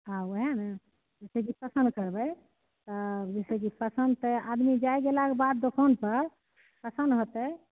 हँ ओहए ने जैसेकी पसंद करबै तऽ जैसेकी पसंद तऽ आदमी जाइ गेलाके बाद दोकान पर पसंद होयतै